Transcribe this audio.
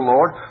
Lord